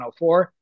104